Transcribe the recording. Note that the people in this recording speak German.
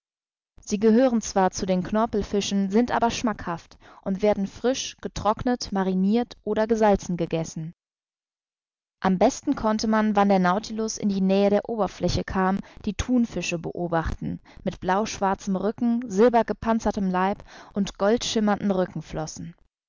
sie gehören zwar zu den knorpelfischen sind aber schmackhaft und werden frisch getrocknet marinirt oder gesalzen gegessen am besten konnte man wann der nautilus in die nähe der oberfläche kam die thunfische beobachten mit blauschwarzem rücken silbergepanzertem leib und goldschimmernden rückenflossen